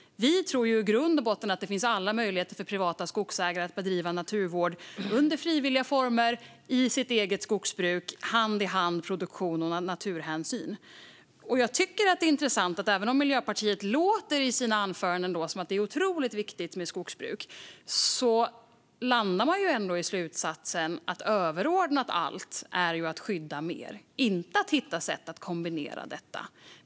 Vi tror i grund och botten att det finns alla möjligheter för privata skogsägare att bedriva naturvård under frivilliga former i sitt eget skogsbruk - produktion och naturhänsyn hand i hand. Jag tycker att det är intressant att även om Miljöpartiet i sina anföranden låter som att det är otroligt viktigt med skogsbruk landar man ändå i slutsatsen att det är överordnat allt att skydda mer, inte att hitta sätt att kombinera detta.